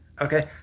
okay